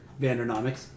Vandernomics